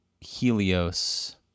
Helios